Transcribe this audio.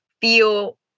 feel